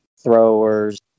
throwers